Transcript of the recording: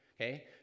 okay